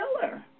killer